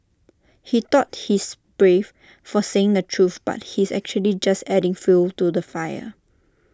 he thought he's brave for saying the truth but he's actually just adding fuel to the fire